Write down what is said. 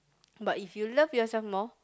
but if you love yourself more